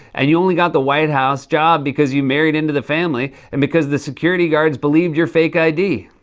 and you only got the white house job because you married into the family family and because the security guards believed your fake i d.